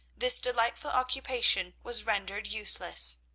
this delightful occupation was rendered useless!